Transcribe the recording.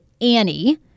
Annie